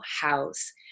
House